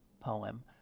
poem